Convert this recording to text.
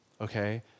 okay